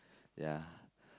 ya